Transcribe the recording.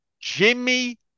Jimmy